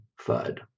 FUD